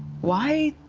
why?